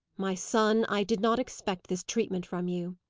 my son, i did not expect this treatment from you.